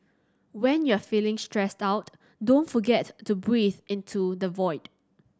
when you are feeling stressed out don't forget to breathe into the void